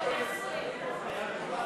לשנת התקציב 2016, בדבר הפחתת תקציב לא נתקבלו.